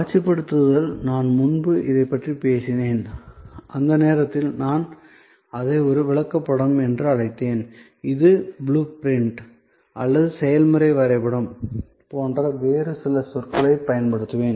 காட்சிப்படுத்தல் நான் முன்பு இதைப் பற்றி பேசினேன் அந்த நேரத்தில் நான் அதை ஒரு விளக்கப்படம் என்று அழைத்தேன் இப்போது ப்ளூ பிரிண்ட் அல்லது செயல்முறை வரைபடம் போன்ற வேறு சில சொற்களைப் பயன்படுத்துவேன்